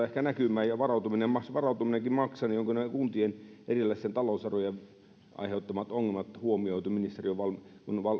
ehkä näkymään ja varautuminenkin maksaa eli onko kuntien erilaisten talousarvioiden aiheuttamat ongelmat huomioitu kun